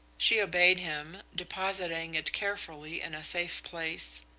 she obeyed him, depositing it carefully in a safe place.